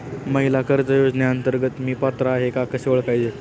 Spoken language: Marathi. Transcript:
महिला कर्ज योजनेअंतर्गत मी पात्र आहे का कसे ओळखायचे?